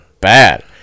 Bad